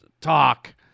talk